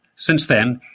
since then,